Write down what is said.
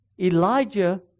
Elijah